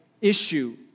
issue